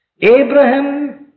Abraham